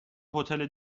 هتل